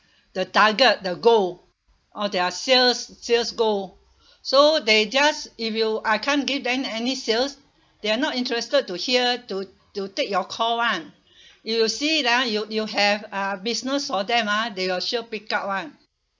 the target the goal or their sales sales goal so they just if you I can't give them any sales they're not interested to hear to to take your call [one] you will see ah you you have uh business for them ah they will sure pick up [one]